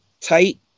tight